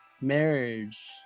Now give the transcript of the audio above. marriage